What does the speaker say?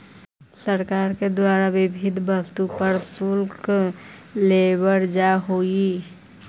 सरकार के द्वारा विविध वस्तु पर शुल्क लेवल जा हई